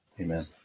Amen